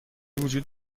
وجود